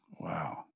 Wow